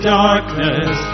darkness